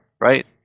right